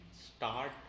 start